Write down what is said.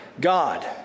God